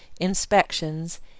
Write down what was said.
inspections